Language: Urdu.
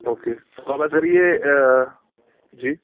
اوکے تو آپ ایسا کریے جی